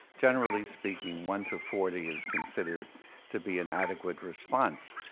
generally speaking one to forty is considered to be an adequate response.